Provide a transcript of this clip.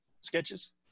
sketches